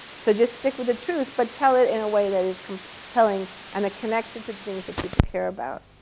so just stick with the truth, but tell it in a way that is compelling and that connects it to the things that people care about.